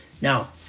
Now